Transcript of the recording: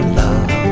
love